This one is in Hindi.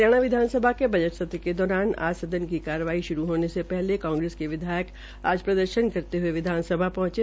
हरियाणा विधानसभा के जट सत्र के दौरान आज सदन की कार्रवाई शुरू होने से पहले कांग्रेस के विधायक आज प्रदर्शन करते हये विधानसभा पहंचे